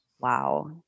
wow